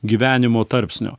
gyvenimo tarpsnio